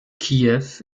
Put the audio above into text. kiew